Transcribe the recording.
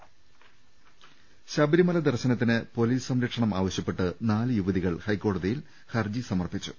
് ശബരിമല ദർശനത്തിന് പൊലീസ് സംരക്ഷണം ആവശ്യപ്പെട്ട് നാല് യുവതികൾ ഹൈക്കോടതിയിൽ ഹർജി സമർപ്പിച്ചു